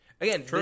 Again